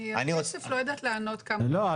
על כסף אני לא יודעת לענות כמה --- לא,